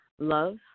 Love